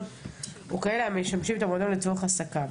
או כאלה המשמשים את המועדון לצורך עסקם.